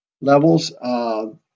levels